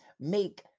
make